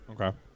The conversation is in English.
Okay